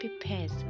prepares